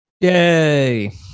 Yay